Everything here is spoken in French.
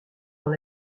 dans